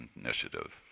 Initiative